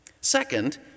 Second